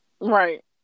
right